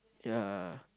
ya